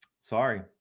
Sorry